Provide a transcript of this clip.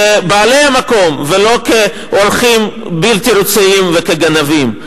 כבעלי המקום ולא כאורחים בלתי רצויים וכגנבים.